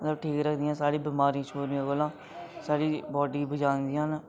और ठीक रखदियां न सारी बमारिएं शमारिएं कोलां साढ़ी बॉड्डी गी बचांदियां न